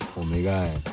omega.